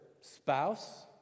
spouse